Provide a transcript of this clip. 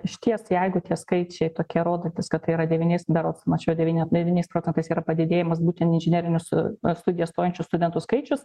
išties jeigu tie skaičiai tokie rodantys kad tai yra devyniais berods mačiau devyn devyniais procentais yra padidėjimas būtent į inžinerines studijas stojančių studentų skaičius